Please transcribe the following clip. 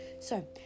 So